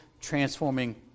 transforming